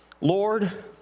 Lord